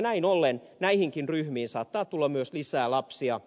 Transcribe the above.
näin ollen näihinkin ryhmiin saattaa tulla myös lisää lapsia